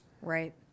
Right